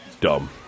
Dumb